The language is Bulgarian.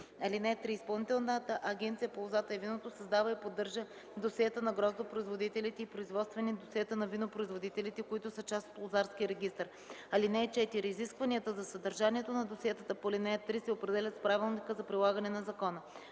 (3) Изпълнителната агенция по лозата и виното създава и поддържа досиета на гроздопроизводителите и производствени досиета на винопроизводителите, които са част от лозарския регистър. (4) Изискванията за съдържанието на досиетата по ал. 3 се определят с Правилника за прилагане на закона.